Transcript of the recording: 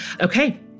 Okay